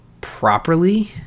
properly